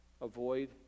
Avoid